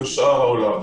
אוקיי.